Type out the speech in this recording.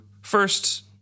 first